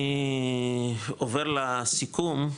אני עובר לסיכום,